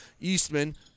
Eastman